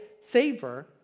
savor